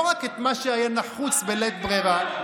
לא רק מה שהיה נחוץ בלית ברירה,